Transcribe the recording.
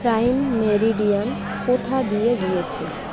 prime meridian কোথা দিয়ে গিয়েছে